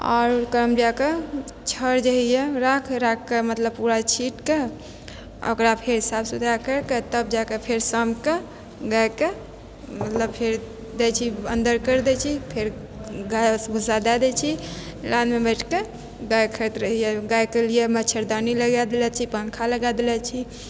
आओर तखन जाकऽ छाउर जे होइए राख मतलब राखके मतलब पूरा छींटिके ओकरा फेर साफ सुथरा कयके तब जाकऽ फेर शामके गायके मतलब फेर दै छी अन्दर करि दै छी फेर घास भुस्सा दए दै छी लानमे बैठिके गाय खाइत रहैए गायके लियऽ मच्छरदानी लगाय देले छी पङ्खा लगाय देले छी